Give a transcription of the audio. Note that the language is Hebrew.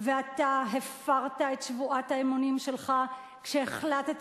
ואתה הפרת את שבועת האמונים שלך כשהחלטת